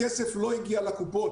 אבל הכסף לא הגיע לקופות.